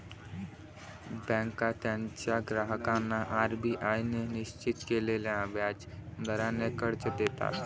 बँका त्यांच्या ग्राहकांना आर.बी.आय ने निश्चित केलेल्या व्याज दराने कर्ज देतात